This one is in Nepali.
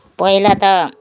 पहिला त